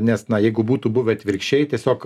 nes na jeigu būtų buvę atvirkščiai tiesiog